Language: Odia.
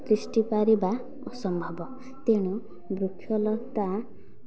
ତିଷ୍ଠି ପାରିବା ଅସମ୍ଭବ ତେଣୁ ବୃକ୍ଷଲତା